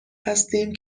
هستیم